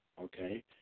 okay